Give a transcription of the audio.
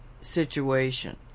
situation